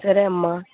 సరే అమ్మా